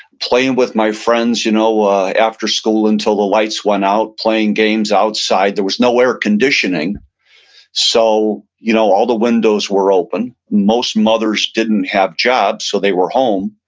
playing with my friends you know after school until the lights went out. playing games outside. there was no air conditioning so you know all the windows were open. most mothers didn't have jobs, so they were home.